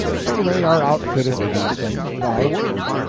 so they are outfitted with these things without a word.